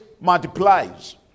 multiplies